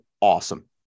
awesome